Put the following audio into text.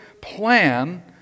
plan